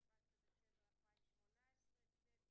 היום ה-17 בדצמבר 2018, ט'